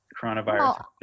coronavirus